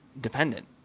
dependent